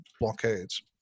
blockades